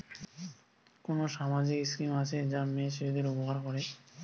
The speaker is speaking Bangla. কোন সামাজিক স্কিম আছে যা মেয়ে শিশুদের উপকার করে?